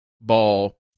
ball